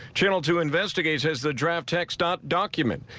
channel two investigates has the draft text ah document.